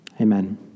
Amen